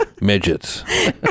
Midgets